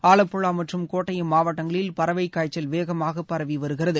ஆலப்புழா மற்றம் கோட்டயம் மாவட்டங்களில் பறவை காய்ச்சல் வேகமாக பரவி வருகிறது